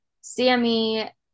Sammy